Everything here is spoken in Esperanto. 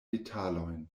detalojn